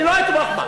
אני לא אתמוך בה.